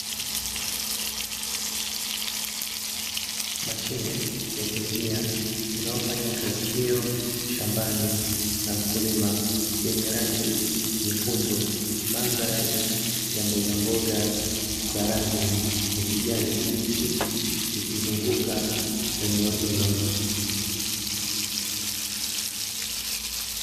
Mashine ya kulimia inayofanya kazi hiyo shambani na mkulima, yenye rangi nyekundu. Mandhari ya mbogamboga za rangi ya kijani kibichi ikizunguka eneo hilo.